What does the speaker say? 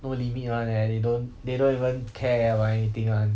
no limit one leh they don't they don't even care about anything one